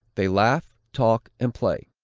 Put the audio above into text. they laugh, talk and play.